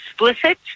explicit